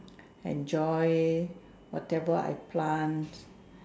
enjoy whatever I plant